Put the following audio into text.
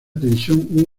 tensión